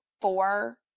four